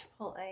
Chipotle